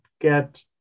get